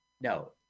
No